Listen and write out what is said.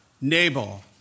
Nabal